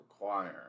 require